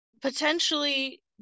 potentially